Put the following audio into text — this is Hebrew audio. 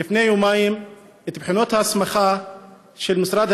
לפני יומיים את בחינות ההסמכה של משרד